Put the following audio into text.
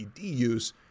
use